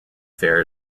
fair